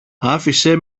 άφησε